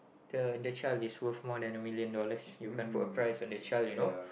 the the child is worth more than a million dollars you can't put a price on the child you know